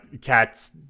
Cats